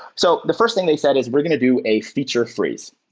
so the first thing they said is we're going to do a feature freeze.